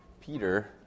Peter